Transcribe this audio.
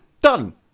Done